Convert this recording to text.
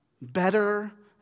Better